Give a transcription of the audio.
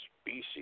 species